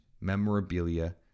memorabilia